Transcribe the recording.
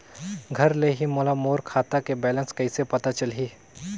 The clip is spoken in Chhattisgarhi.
घर ले ही मोला मोर खाता के बैलेंस कइसे पता चलही?